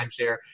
timeshare